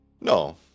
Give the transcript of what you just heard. No